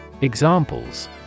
Examples